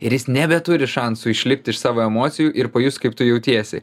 ir jis nebeturi šansų išlipti iš savo emocijų ir pajust kaip tu jautiesi